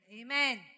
Amen